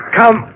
Come